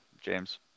James